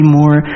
more